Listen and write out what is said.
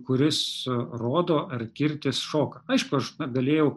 kuris rodo ar kirtis šoka aišku na aš galėjau